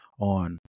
on